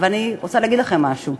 אז אני רוצה להגיד לכם משהו: